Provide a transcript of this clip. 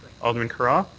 alderman carra?